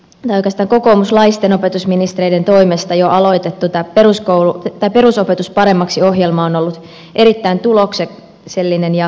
tämä kokoomuslaisten opetusministereiden toimesta aloitettu perusopetus paremmaksi ohjelma on ollut erittäin tuloksellinen ja vaikuttava